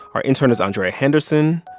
our intern is andrea henderson.